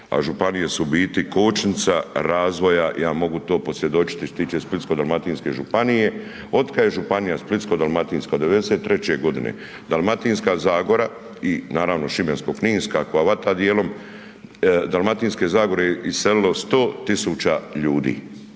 a županije su u biti kočnica razvoja, ja mogu to posvjedočiti što se tiče Splitsko-dalmatinske županije. Od kad je Županija Splitsko-dalmatinska? Od '93. godine, Dalmatinska zagora i naravno Šibensko-kninska koja vata dijelom Dalmatinske zagore iselilo 100.000 ljudi.